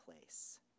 place